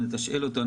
אנחנו נתשאל אותו.